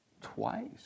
twice